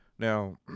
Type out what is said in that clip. Now